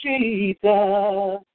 Jesus